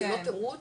זה לא תירוץ,